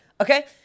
Okay